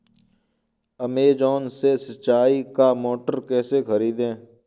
Amazon से सिंचाई का मोटर कैसे खरीदें?